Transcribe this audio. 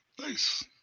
Nice